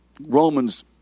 Romans